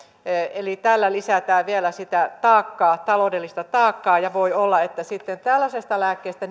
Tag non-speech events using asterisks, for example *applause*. eli tällä lisätään vielä sitä taloudellista taakkaa ja voi olla että sitten nipistetään tällaisesta lääkkeestä *unintelligible*